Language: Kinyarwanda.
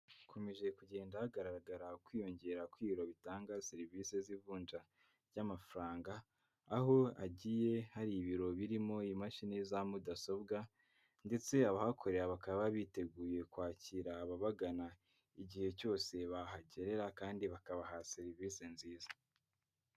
Hakomeje kugenda hagaragara kwiyongera kw'ibiro bitanga serivisi z'ivunja ry'amafaranga, aho hagiye hari ibiro birimo imashini za mudasobwa ndetse abahakorera bakaba biteguye kwakira ababagana, igihe cyose bahagerera kandi bakabaha serivisi nziza.